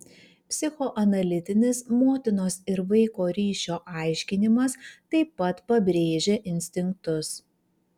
psichoanalitinis motinos ir vaiko ryšio aiškinimas taip pat pabrėžia instinktus